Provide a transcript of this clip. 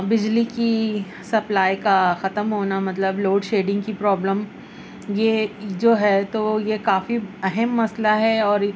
بجلی کی سپلائی کا ختم ہونا مطلب لوڈ شیڈنگ کی پرابلم یہ ہے جو ہے تو یہ کافی اہم مسئلہ ہے اور